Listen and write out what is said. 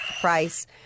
price